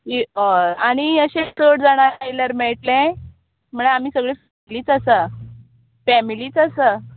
णी ऑय आनी अशें चड जाणां आयल्यार मेयट्लें म्हळ्या आमी सगळीं च आसा फॅमिलीच आसा